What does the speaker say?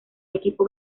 equipo